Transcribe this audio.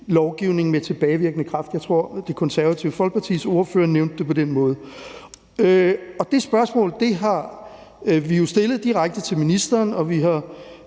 lovgivning med tilbagevirkende kraft? Jeg tror, Det Konservative Folkepartis ordfører nævnte det på den måde. Det spørgsmål har vi jo stillet direkte til ministeren, og vi har